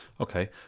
Okay